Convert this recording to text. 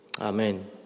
amen